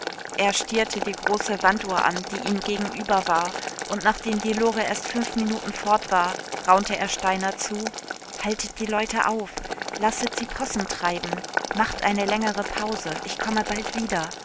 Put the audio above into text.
er stierte die große wanduhr an die ihm gegenüber war und nachdem die lore erst fünf minuten fort war raunte er steiner zu haltet die leute auf lasset sie possen treiben macht eine längere pause ich komme bald wieder